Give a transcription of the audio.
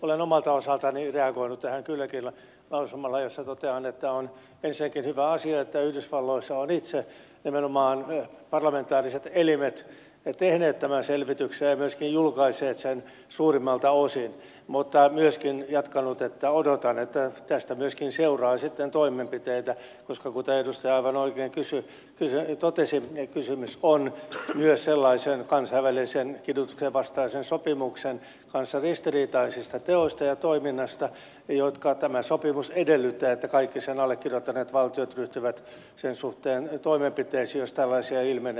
olen omalta osaltani kylläkin reagoinut tähän lausumalla jossa totean että on ensinnäkin hyvä asia että yhdysvalloissa ovat nimenomaan parlamentaariset elimet itse tehneet tämän selvityksen ja myöskin julkaisseet sen suurimmalta osin mutta myöskin jatkanut että odotan että tästä myöskin seuraa sitten toimenpiteitä koska kuten edustaja aivan oikein totesi kysymys on myös sellaisista kansainvälisen kidutuksen vastaisen sopimuksen kanssa ristiriitaisista teoista ja toiminnasta joista tämä sopimus edellyttää että kaikki sen allekirjoittaneet valtiot ryhtyvät niiden suhteen toimenpiteisiin jos tällaisia ilmenee